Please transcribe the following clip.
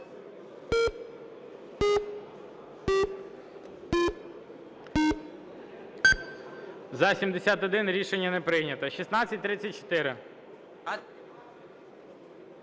За-71 Рішення не прийнято. 1634.